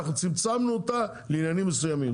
אנחנו צמצמנו אותה לעניינים מסוימים.